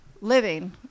living